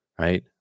right